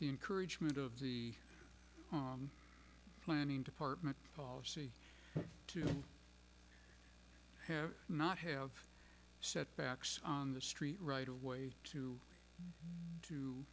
the encouragement of the planning department policy to have not have setbacks on the street right away to